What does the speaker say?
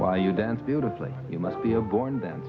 while you dance beautifully you must be a born then